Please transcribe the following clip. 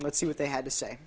let's see what they had to say